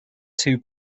two